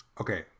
Okay